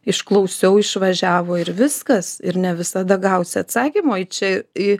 išklausiau išvažiavo ir viskas ir ne visada gausi atsakymo į čia į